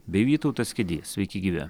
bei vytautas kedys sveiki gyvi